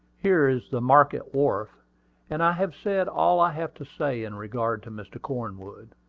here is the market wharf and i have said all i have to say in regard to mr. cornwood.